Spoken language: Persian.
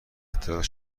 اطلاعات